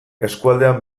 eskualdean